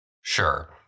Sure